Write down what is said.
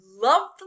love